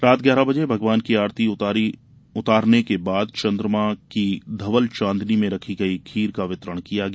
रात बारह बजे भगवान की आरती उतारी उतारने के बाद चंद्रमा की धवल चांदनी में रखी गई खीर का वितरण किया गया